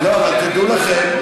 אבל תדעו לכם,